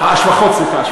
שפחות, סליחה.